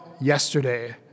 yesterday